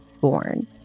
born